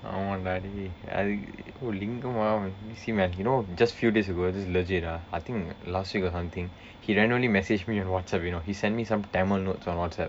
ஆமாம்:aamaam dah dey lingam miss him man you know just few days ago this is legit ah I think last week or something he randomly message me on WhatsApp you know he sent me some tamil notes on WhatsApp